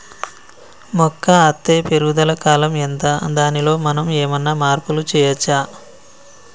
మొక్క అత్తే పెరుగుదల కాలం ఎంత దానిలో మనం ఏమన్నా మార్పు చేయచ్చా?